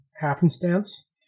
happenstance